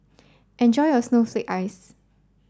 enjoy your snowflake ice